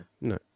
No